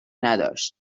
نداشتند